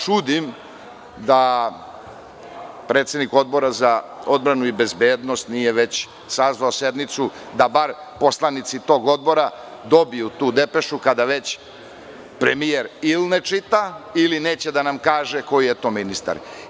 Čudim se da predsednik Odbora za odbranu i bezbednost nije već sazvao sednicu da bar poslanici tog odbora dobiju tu depešu kada već premijer ili ne čita ili neće da nam kaže koji je to ministar.